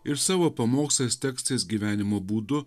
ir savo pamokslais tekstais gyvenimo būdu